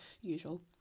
usual